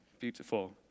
Beautiful